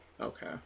Okay